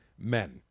men